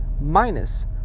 minus